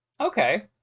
Okay